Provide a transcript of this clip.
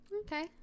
Okay